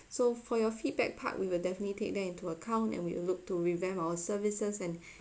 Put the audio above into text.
so for your feedback part we will definitely take them into account and we will look to revamp our services and